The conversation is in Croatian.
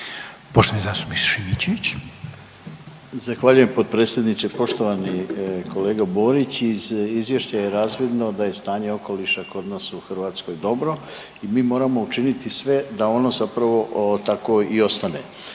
**Šimičević, Rade (HDZ)** Zahvaljujem potpredsjedniče. Poštovani kolega Borić iz izvješća je razvidno da je stanje okoliša kod nas u Hrvatskoj dobro. Mi moramo učiniti sve da ono zapravo takvo i ostane.